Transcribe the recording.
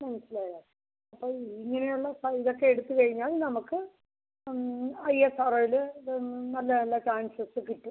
മനസ്സിലായോ അപ്പോൾ ഇങ്ങനെ ഉള്ള ആ ഇതൊക്കെ എടുത്ത് കഴിഞ്ഞാൽ നമുക്ക് ഐ എസ് ആർ ഓയിൽ നല്ല നല്ല ചാൻസസ് കിട്ടും